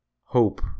Hope